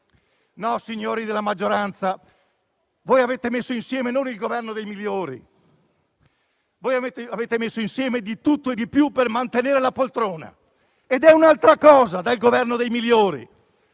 No, signori della maggioranza, voi non avete messo insieme il Governo dei migliori: voi avete messo insieme di tutto e di più per mantenere la poltrona, cosa diversa dal Governo dei migliori.